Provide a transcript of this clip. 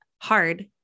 hard